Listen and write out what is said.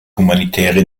humanitäre